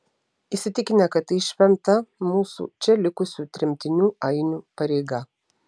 įsitikinę kad tai šventa mūsų čia likusių tremtinių ainių pareiga